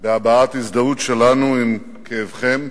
בהבעת הזדהות שלנו עם כאבכם,